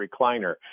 recliner